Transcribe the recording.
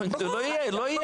זה לא יהיה.